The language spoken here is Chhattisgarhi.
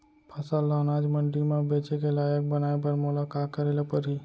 फसल ल अनाज मंडी म बेचे के लायक बनाय बर मोला का करे ल परही?